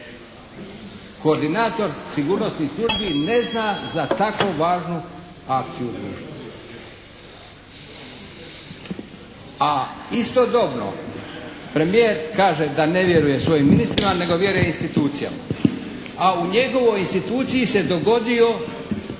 Koordinator sigurnosnih službi ne zna za tako važnu akciju u društvu. A istodobno premijer kaže da ne vjeruje svojim ministrima nego vjeruje institucijama. A u njegovoj instituciji se dogodio